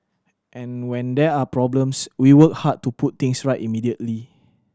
and when there are problems we work hard to put things right immediately